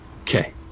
Okay